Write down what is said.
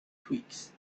tweaks